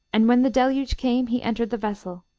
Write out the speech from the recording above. and when the deluge came he entered the vessel.